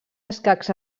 escacs